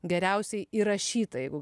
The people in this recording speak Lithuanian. geriausiai įrašyta jeigu